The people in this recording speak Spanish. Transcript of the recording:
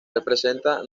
representa